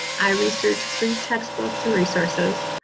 i research free textbooks and resources.